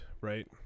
right